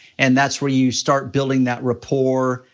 and that's where you start building that rapport,